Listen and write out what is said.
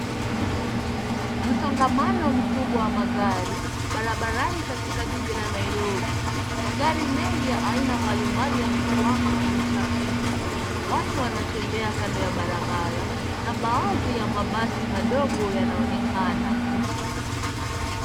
Msongamano mkubwa wa magari, barabarani katika jiji la Nairobi. Magari mengi ya aina mbalimbali yamekwama kwenye trafiki. Watu wanatembea kando ya barabara na baadhi ya mabasi madogo yanaonekana.